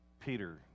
Peter